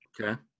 okay